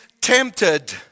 tempted